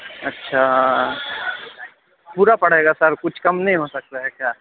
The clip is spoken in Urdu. اچھا پورا پڑے گا سر کچھ کم نہیں ہو سکتا ہے کیا